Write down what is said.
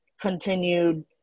continued